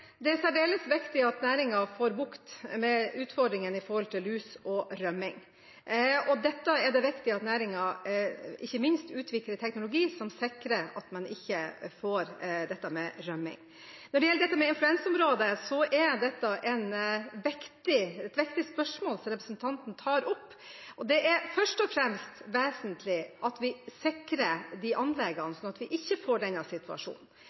Det er særdeles viktig at næringen får bukt med utfordringene med lus og rømning. Her er det viktig at næringen ikke minst utvikler teknologi som sikrer at man ikke får rømning. Når det gjelder influensområdet – det er et viktig spørsmål som representanten tar opp – er det først og fremst vesentlig at vi sikrer anleggene, slik at vi ikke får denne situasjonen.